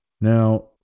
Now